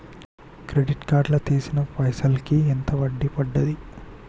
Credit card లా తీసిన పైసల్ కి ఎంత వడ్డీ పండుద్ధి?